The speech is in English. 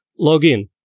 login